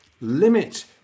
limit